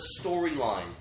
storyline